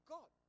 God